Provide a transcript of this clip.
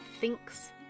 thinks